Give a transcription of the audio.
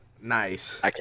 Nice